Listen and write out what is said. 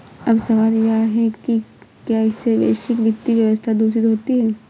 अब सवाल यह है कि क्या इससे वैश्विक वित्तीय व्यवस्था दूषित होती है